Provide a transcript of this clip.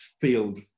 field